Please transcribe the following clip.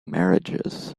marriages